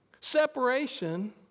separation